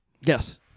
Yes